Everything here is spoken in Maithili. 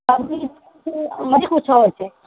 सब दिन सब चीज नहि किछु होयत छै